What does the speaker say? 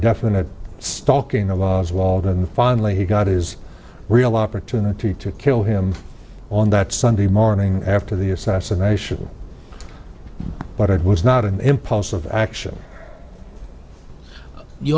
definite stalking there was waldron finally he got his real opportunity to kill him on that sunday morning after the assassination but it was not an impulsive action you